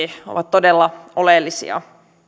ja arviointi on todella oleellista